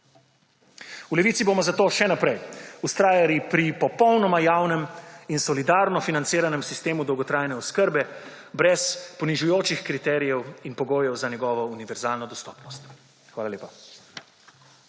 V Levici bomo zato še naprej vztrajali pri popolnoma javnem in solidarno financiranem sistemu dolgotrajne oskrbe brez ponižujočih kriterijev in pogojev za njegovo univerzalno dostopnost. Hvala lepa.